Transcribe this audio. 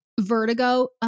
Vertigo